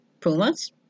Pumas